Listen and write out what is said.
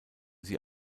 sie